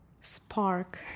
spark